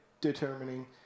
determining